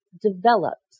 developed